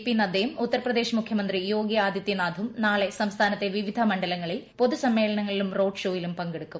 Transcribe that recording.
P നദ്ദയുട് ഉത്ത്ർപ്രദേശ് മുഖ്യമന്ത്രി യോഗി ആദിത്യനാഥും നാളെ സ്ട്രസ്കാനത്തെ വിവിധ മണ്ഡലങ്ങളിൽ പൊതുസമ്മേളനങ്ങളിലും റോഡ് ഷോയിലും പങ്കെടുക്കും